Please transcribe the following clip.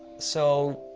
so,